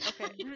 okay